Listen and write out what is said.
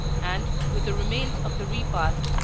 and, with the remains of the repast,